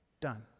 Done